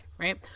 Right